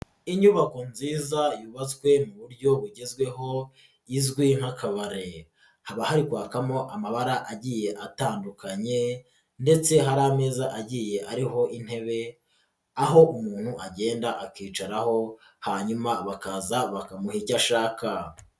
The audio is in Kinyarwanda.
Inyubako nziza yubatswe mu buryo bugezweho izwi nk'akabare, haba hari kwakamo amabara agiye atandukanye ndetse hari ameza agiye ariho intebe aho umuntu agenda akicaraho hanyuma bakaza bakamuha icyo ashaka.